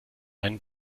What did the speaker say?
einen